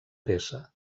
peça